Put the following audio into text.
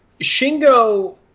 Shingo